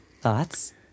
Thoughts